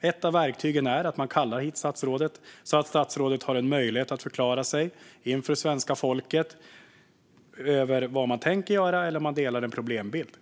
Ett av verktygen är att man kallar hit statsrådet så att statsrådet får en möjlighet att förklara inför svenska folket vad man tänker göra eller om man delar en problembild.